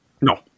No